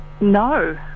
No